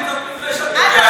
מוסי, מוסי.